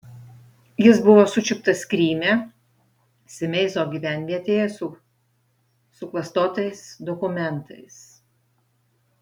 jis buvo sučiuptas kryme simeizo gyvenvietėje su suklastotais dokumentais